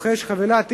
רוכש חבילת אינטרנט,